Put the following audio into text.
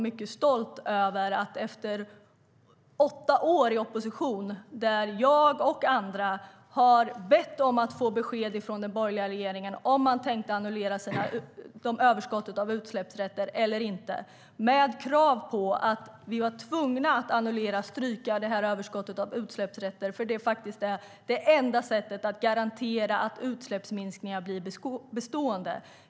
Under åtta år i opposition bad jag och andra om besked från den borgerliga regeringen om huruvida man tänkte annullera överskottet av utsläppsrätter eller inte. Vi hade krav på att annullera, stryka, överskottet av utsläppsrätter, för det är det enda sättet att garantera att utsläppsminskningar blir bestående.